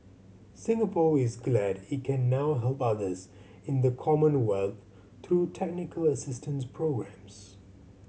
Singapore is glad it can now help others in the Commonwealth through technical assistance programmes